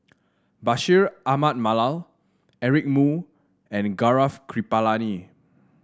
Bashir Ahmad Mallal Eric Moo and Gaurav Kripalani